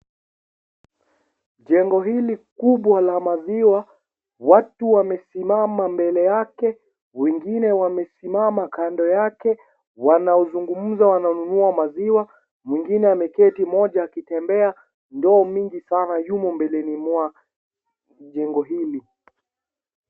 Jengo hili kubwa la maziwa watu wamesimama Mbele yake, wengine wamesimama kando yake, wanaozungumza wananunua maziwa, mwingine ameketi mmoja akitembea ndoo mingi sana yamo mbeleni mwa jengo hili.